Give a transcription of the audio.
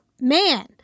man